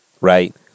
Right